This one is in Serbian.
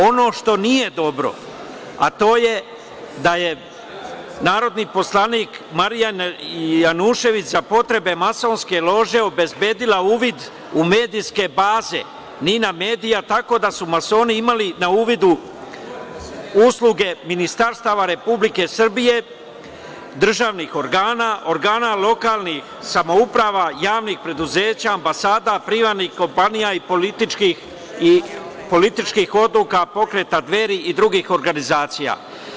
Ono što nije dobro, a to je da je narodni poslanik Marija Janjušević za potrebe masonske lože obezbedila uvid u medijske baze „Nina“ medija tako da su masoni imali na uvidu usluge ministarstava Republike Srbije, državnih organa, organa lokalnih samouprava, javnih preduzeća, ambasada, privatnih kompanija i političkih odluka pokreta Dveri i drugih organizacija.